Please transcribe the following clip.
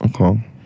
Okay